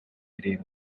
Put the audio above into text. irindwi